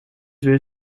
weer